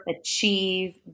achieve